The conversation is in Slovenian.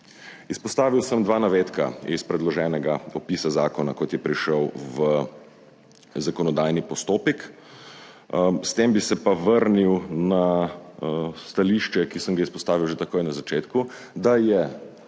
Izpostavil sem dva navedka iz predloženega opisa zakona, kot je prišel v zakonodajni postopek, s tem bi se pa vrnil na stališče, ki sem ga izpostavil že takoj na začetku, da je